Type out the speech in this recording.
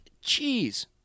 cheese